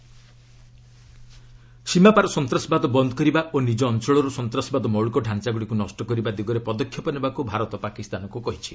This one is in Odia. ଇଣ୍ଡୋ ପାକ୍ ସୀମାପାର ସନ୍ତାସବାଦ ବନ୍ଦ୍ କରିବା ଓ ନିଜ ଅଞ୍ଚଳରୁ ସନ୍ତାସବାଦ ମୌଳିକଢାଞ୍ଚାଗୁଡ଼ିକୁ ନଷ୍ଟ କରିବା ଦିଗରେ ପଦକ୍ଷେପ ନେବାକୁ ଭାରତ ପାକିସ୍ତାନକୁ କହିଛି